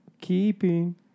keeping